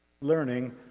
learning